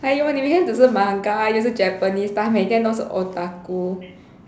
!haiyo! 你每天只是 manga 又是 Japanese 每天都是